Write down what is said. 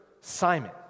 Simon